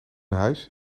huis